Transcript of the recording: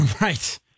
Right